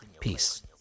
Peace